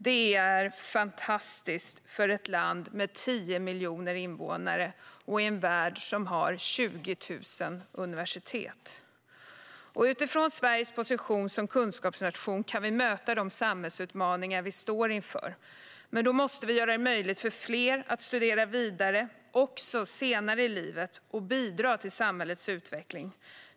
Det är fantastiskt för ett land med 10 miljoner invånare i en värld med 20 000 universitet. Utifrån Sveriges position som kunskapsnation kan vi möta de samhällsutmaningar vi står inför, men då måste vi göra det möjligt för fler att studera vidare också senare i livet och bidra till samhällets utveckling.